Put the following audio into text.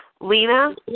Lena